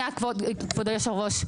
הרכב הייצוגי הוא יותר יקר היום ממה שהגדלתם.